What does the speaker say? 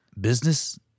business